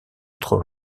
autres